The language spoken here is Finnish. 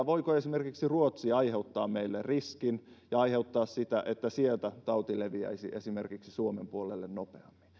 voiko esimerkiksi ruotsi aiheuttaa meille riskin ja aiheuttaa sen että sieltä tauti leviäisi esimerkiksi suomen puolelle nopeammin